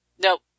Nope